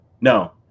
No